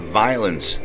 violence